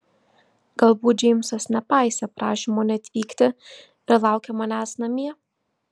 galbūt džeimsas nepaisė prašymo neatvykti ir laukia manęs namie